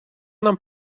нам